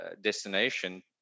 destination